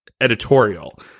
editorial